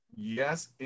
Yes